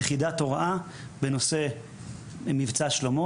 יחידת הוראה בנושא עם "מבצע שלמה",